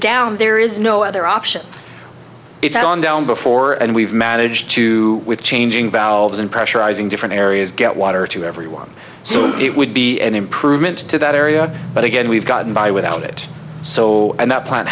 down there is no other option it's on down before and we've managed to with changing valves and pressurising different areas get water to everyone so it would be an improvement to that area but again we've gotten by without it so and that plant